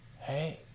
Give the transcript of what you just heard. Hey